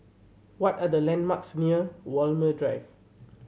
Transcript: what are the landmarks near Walmer Drive